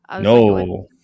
no